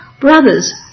brothers